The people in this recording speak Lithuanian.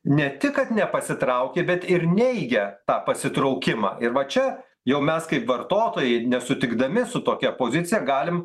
ne tik kad nepasitraukė bet ir neigia tą pasitraukimą ir va čia jau mes kaip vartotojai nesutikdami su tokia pozicija galim